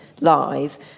live